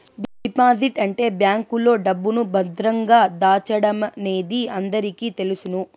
deposit అంటే బ్యాంకులో డబ్బును భద్రంగా దాచడమనేది అందరికీ తెలుసును